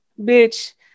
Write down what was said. bitch